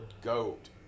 goat